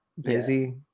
Busy